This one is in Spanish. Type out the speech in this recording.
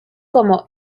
como